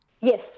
Yes